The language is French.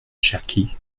cherki